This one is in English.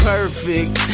Perfect